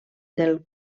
del